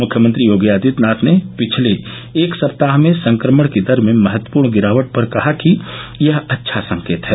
मुख्यमंत्री योगी आदित्यनाथ ने पिछले एक सप्ताह में संक्रमण की दर में महत्वपूर्ण गिरावट पर कहा कि यह अच्छा संकेत है